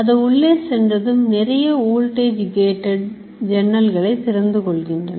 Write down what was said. அது உள்ளே சென்றதும் நிறைய Voltage gated ஜன்னல்கள் திறந்து கொள்கின்றன